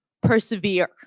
persevere